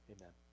Amen